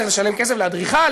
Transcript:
צריך לשלם כסף לאדריכל,